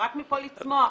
רק מפה לצמוח.